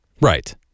Right